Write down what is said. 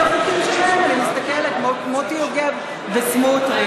אלה החוקים שלהם, אני מסתכלת: מוטי יוגב וסמוטריץ.